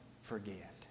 forget